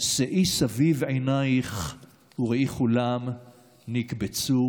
שאי סביב עינייך וראי, כולם נקבצו